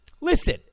listen